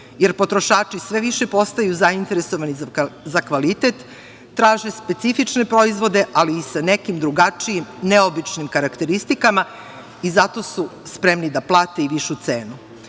jer potrošači sve više postaju zainteresovani za kvalitet, traže specifične proizvoda, ali sa nekim drugačijim neobičnim karakteristikama i zato su spremni da plate i višu cenu.